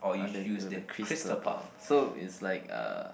on the grill of the crystal path so it's like uh